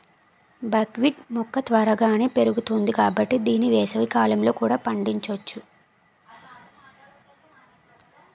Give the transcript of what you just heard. బక్ wheat మొక్క త్వరగానే పెరుగుతుంది కాబట్టి దీన్ని వేసవికాలంలో కూడా పండించొచ్చు